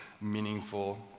meaningful